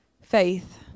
Faith